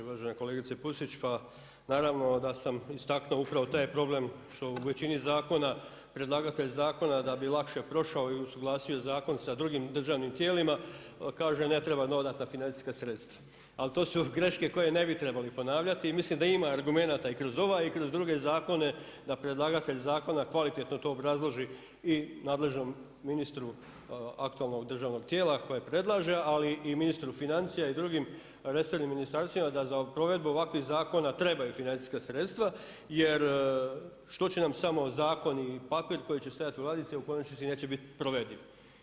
Uvažena kolegice Pusić, pa naravno da sam istaknuo upravo taj problem što u većini zakona predlagatelj zakona da bi lakše prošao i usuglasio zakon sa drugim državnim tijelima kaže ne trebaju dodatna financijska sredstva ali to su greške koje ne bi trebali ponavljati i mislim da ima argumenata i kroz ovaj i kroz druge zakone da predlagatelj zakona kvalitetno to obrazloži i nadležnom ministru aktualnog državnog tijela koje predlaže ali i ministru financije i drugim resornim ministarstvima da za provedbu ovakvih zakona trebaju financijska sredstva jer što će nam samo zakon i papir koji će stajati u ladici a u konačnici neće biti provediv.